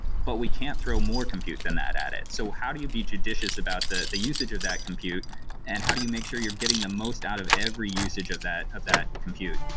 but we can't throw more compute than that at it. so how do you be judicious about the the usage of that compute and how do you make sure you're getting the most out of every usage of that of that compute?